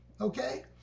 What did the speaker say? okay